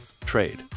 trade